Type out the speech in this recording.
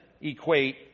equate